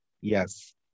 Yes